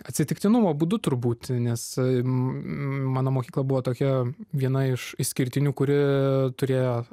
atsitiktinumo būdu turbūt nes mano mokykla buvo tokia viena iš išskirtinių kuri turėjo